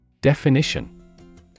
Definition